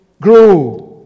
grow